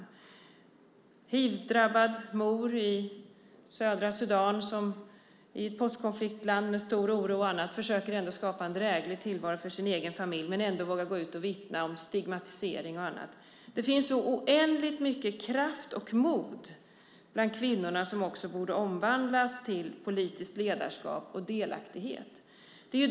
Jag har mött en hivdrabbad mor i södra Sudan som i ett postkonfliktland med stor oro försöker skapa en dräglig tillvaro för sin familj och ändå vågar gå ut och vittna om stigmatisering. Det finns oändligt mycket kraft och mod bland kvinnor som borde omvandlas till politiskt ledarskap och delaktighet.